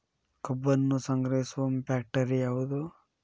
ಕಬ್ಬನ್ನು ಸಂಗ್ರಹಿಸುವ ಫ್ಯಾಕ್ಟರಿ ಯಾವದು?